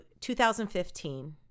2015